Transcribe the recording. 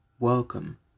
Welcome